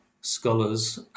scholars